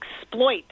exploit